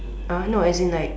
no as in like